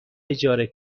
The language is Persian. اجاره